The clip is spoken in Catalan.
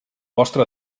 vostre